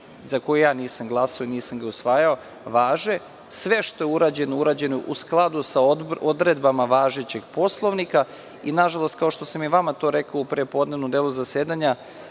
za koji ja nisam glasao, i nisam ga usvajao, važe sve što je urađeno, urađeno je u skladu sa odredbama važećeg Poslovnika, i nažalost, kao što sam i vama to rekao u prepodnevnom delu zasedanja